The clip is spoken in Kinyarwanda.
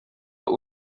hano